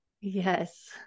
Yes